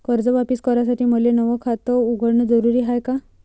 कर्ज वापिस करासाठी मले नव खात उघडन जरुरी हाय का?